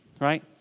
right